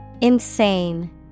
Insane